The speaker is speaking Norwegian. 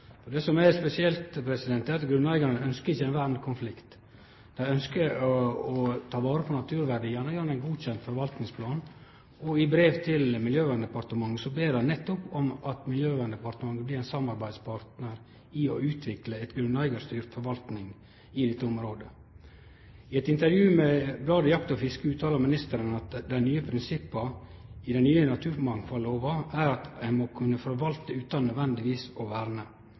Det som er spesielt, er at grunneigarane ikkje ønskjer ein vernekonflikt. Dei ønskjer å ta vare på naturverdiane gjennom ein godkjend forvaltningsplan. I brev til Miljøverndepartementet ber dei nettopp om at departementet blir ein samarbeidspartnar når det gjeld å utvikle ei grunneigarstyrt forvaltning i dette området. I eit intervju med bladet Jakt & Fiske uttalar ministeren at eit av dei nye prinsippa i den nye naturmangfaldlova er at ein må kunne forvalte utan nødvendigvis å verne.